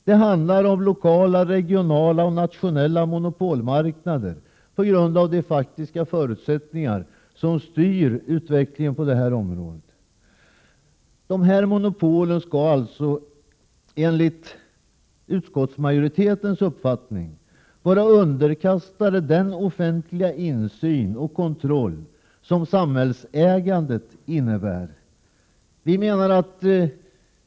Det är i stället fråga om lokala, regionala och nationella monopolmarknader på grund av de faktiska förutsättningar som styr utvecklingen på detta område. Monopolen skall alltså, enligt utskottsmajoritetens uppfattning, vara underkastade den offentliga insyn och kontroll som samhällsägandet innebär.